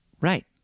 Right